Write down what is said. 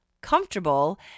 comfortable